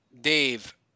Dave